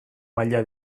maila